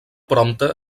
prompte